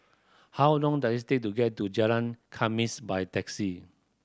how long does it take to get to Jalan Khamis by taxi